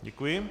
Děkuji.